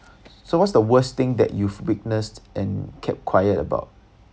so what the worst thing you witnessed and kept quiet about